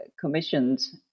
commissions